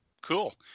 cool